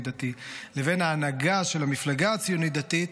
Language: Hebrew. דתי לבין ההנהגה של המפלגה הציונית דתית,